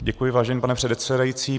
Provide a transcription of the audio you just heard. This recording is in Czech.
Děkuji, vážený pane předsedající.